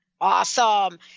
Awesome